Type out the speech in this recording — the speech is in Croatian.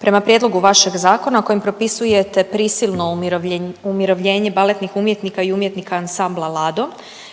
prema Prijedlogu vašeg zakona kojim propisujete prisilno umirovljenje baletnih umjetnika i umjetnika Ansambla Lado,